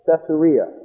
Caesarea